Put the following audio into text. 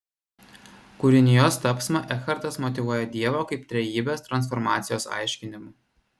kūrinijos tapsmą ekhartas motyvuoja dievo kaip trejybės transformacijos aiškinimu